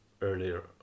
earlier